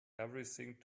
everything